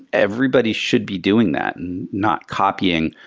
everybody should be doing that and not copying